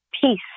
peace